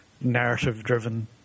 narrative-driven